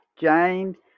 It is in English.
James